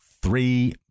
Three